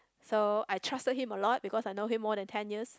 so I trusted him a lot because I know him more than ten years